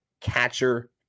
catcher